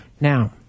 Now